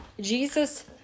Jesus